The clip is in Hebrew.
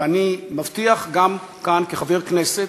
ואני מבטיח גם כאן, כחבר כנסת,